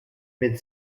mid